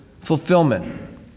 fulfillment